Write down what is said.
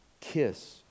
kiss